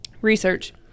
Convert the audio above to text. research